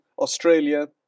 Australia